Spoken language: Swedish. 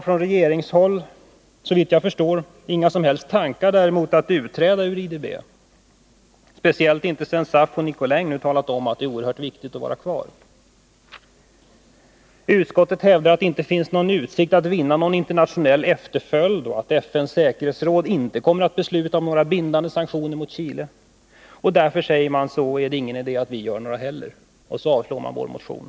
Från regeringshåll har man däremot inte, så vitt jag förstår, några som helst tankar på att utträda ur IDB, speciellt inte sedan SAF och Curt Nicolin nu har talat om att det är oerhört viktigt att vi är kvar i banken. Utskottet hävdar att en bojkottåtgärd inte har någon utsikt att vinna någon internationell efterföljd och att FN:s säkerhetsråd inte kommer att besluta om bindande sanktioner mot Chile. Därför är det ingen idé att vi vidtar några aktioner, och därmed avstyrker utskottet vår motion.